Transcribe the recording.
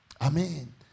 Amen